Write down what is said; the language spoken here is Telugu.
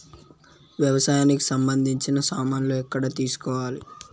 వ్యవసాయానికి సంబంధించిన సామాన్లు ఎక్కడ తీసుకోవాలి?